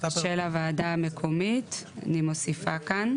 של הוועדה המקומית אני מוסיפה כאן.